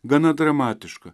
gana dramatiška